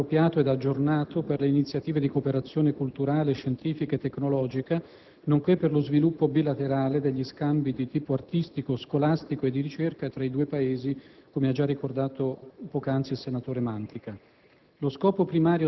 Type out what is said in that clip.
stenografico 11 aprile 2007 aggiornato per le iniziative di cooperazione culturale, scientifica e tecnologica, nonche´ per lo sviluppo bilaterale degli scambi di tipo artistico, scolastico e di ricerca tra i due Paesi, come ha giaricordato poc’anzi il senatore Mantica.